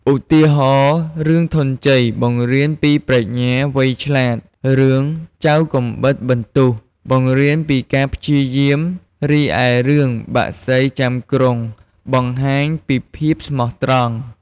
ឧទាហរណ៍ រឿងធនញ្ជ័យបង្រៀនពីប្រាជ្ញាវៃឆ្លាត រឿងចៅកាំបិតបន្ទោះបង្រៀនពីការព្យាយាម រីឯរឿងបក្សីចាំក្រុងបង្ហាញពីភាពស្មោះត្រង់។